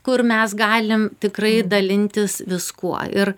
kur mes galim tikrai dalintis viskuo ir